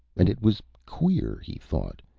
and it was queer, he thought.